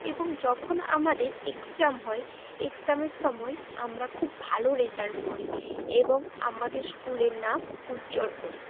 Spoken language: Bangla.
এবং যখন আমাদের এক্সাম হয় এক্সামের সময় আমরা খুব ভালো রেজাল্ট করি এবং আমাদের স্কুলের নাম উজ্জ্বল করি